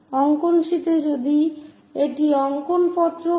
অঙ্কন শীটে যদি এটি অঙ্কন পত্রক হয়